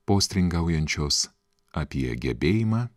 postringaujančios apie gebėjimą